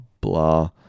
blah